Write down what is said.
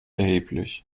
erheblich